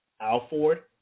Alford